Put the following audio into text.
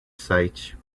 site